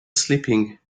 sleeping